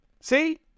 See